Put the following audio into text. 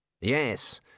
Yes